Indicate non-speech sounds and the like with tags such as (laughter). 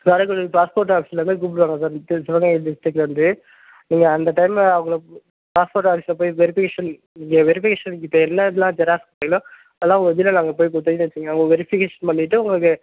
Karaikudi passport ஆஃபீஸ்சில் இருந்து கூப்பிடுவாங்க சார் (unintelligible) நீங்கள் அந்த டைமில் அவங்கள பாஸ்போர்ட் ஆஃபீஸ்சில் போய் வெரிஃபிகேஷன் நீங்கள் வெரிஃபிகேஷனுக்கு கொடுத்த எல்லா (unintelligible) ஜெராக்ஸ்களும் எல்லாம் ஒர்ஜினல் அங்கே போய் கொடுத்தீங்கன்னு வைச்சுங்க அவங்க வெரிஃபிகேஷன் பண்ணிவிட்டு உங்களுக்கு